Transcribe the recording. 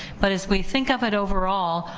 but as we think of it overall,